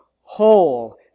whole